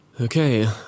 Okay